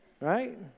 Right